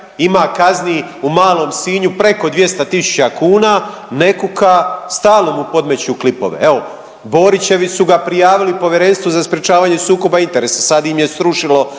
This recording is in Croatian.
ima kazni u malom Sinju preko 200 tisuća kuna, ne kuka, stalno mu podmeću klipove. Evo, Borićevi su ga prijavili Povjerenstvu za sprječavanje sukoba interesa, sad im je srušilo